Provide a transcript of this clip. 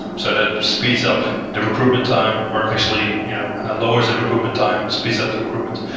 so that speeds up the recruitment time, or actually you know lowers the recruitment time, speeds up the recruitment,